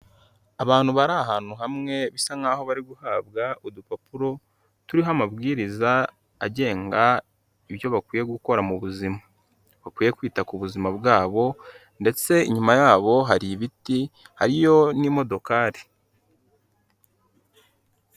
Abantu bari ahantu hamwe bisa nkaho bari guhabwa udupapuro turiho amabwiriza agenga ibyo bakwiye gukora mu buzima, bakwiye kwita ku buzima bwabo ndetse nyuma yabo hari ibiti hariyo n'imodokari.